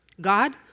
God